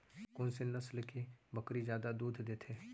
कोन से नस्ल के बकरी जादा दूध देथे